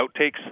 outtakes